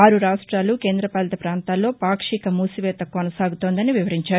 ఆరు రాష్ట్రాలు కేంద్ర పాలిత ప్రాంతాల్లో పాక్షిక మూసివేత కొనసాగుతోందని వివరించారు